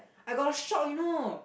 I got a shock you know